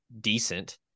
decent